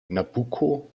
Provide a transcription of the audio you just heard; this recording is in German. nabucco